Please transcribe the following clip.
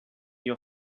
your